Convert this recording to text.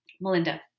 Melinda